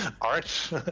art